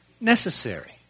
Necessary